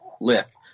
lift